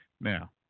now